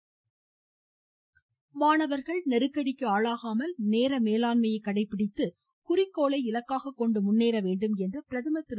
பிரதமர் மாணவர்கள் நெருக்கடிக்கு ஆளாகாமல் நேர மேலாண்மையை கடைபிடித்து குறிக்கோளை இலக்காக கொண்டு முன்னேற வேண்டும் என்று பிரதமர் திரு